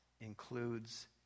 includes